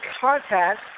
contact